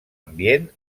ambient